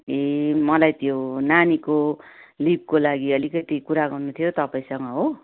ए मलाई त्यो नानीको लिभको लागि अलिकति कुरा गर्नु थियो तपाईँसँग हो